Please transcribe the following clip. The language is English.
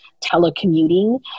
telecommuting